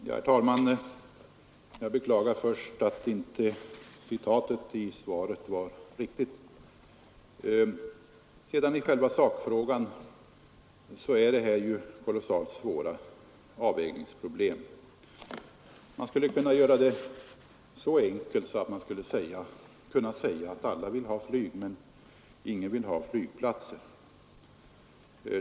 Herr talman! Jag beklagar först att inte citatet i svaret var riktigt. I själva sakfrågan vill jag säga att detta är kolossalt svåra avvägningsproblem. Man skulle kunna göra det så enkelt som att säga, att alla vill ha flyg, men ingen vill ha flygplatser.